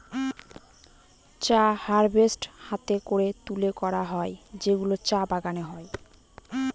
চা হারভেস্ট হাতে করে তুলে করা হয় যেগুলো চা বাগানে হয়